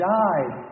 died